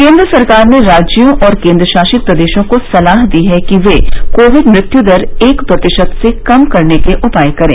केंद्र सरकार ने राज्यों और केन्द्रशासित प्रदेशों को सलाह दी है कि वे कोविड मृत्युदर एक प्रतिशत से कम करने के उपाय करें